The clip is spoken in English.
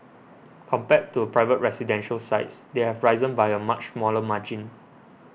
compared to a private residential sites they have risen by a much smaller margin